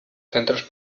centros